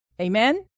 Amen